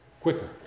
quicker